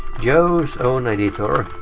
joe's own editor.